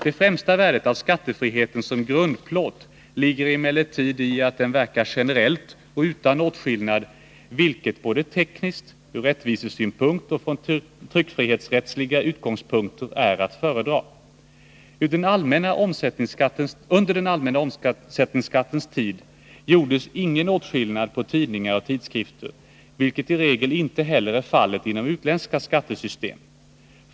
Det främsta värdet av skattefriheten som grundplåt ligger emellertid i att den verkar generellt och utan åtskillnad, vilket såväl tekniskt, ur rättvisesynpunkt och från tryckfrihetsrättsliga utgångspunkter är att föredra. Under den allmänna omsättningsskattens tid gjordes ingen åtskillnad på tidningar och tidskrifter, vilket i regel inte heller är fallet inom utländska skattesystem.